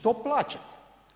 To plaćate.